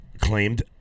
claimed